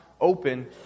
open